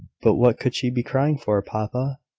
but what could she be crying for, papa?